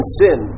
sin